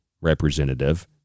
representative